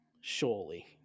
Surely